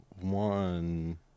one